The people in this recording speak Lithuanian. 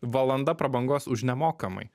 valanda prabangos už nemokamai